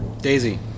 Daisy